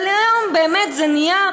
אבל היום באמת זה נהיה,